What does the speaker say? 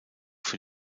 für